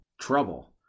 trouble